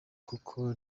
kuko